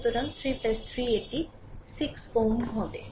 সুতরাং 3 3 এটি 6 Ω হবে